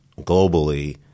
globally